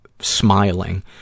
smiling